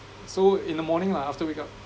so in the morning lah after wake up